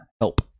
help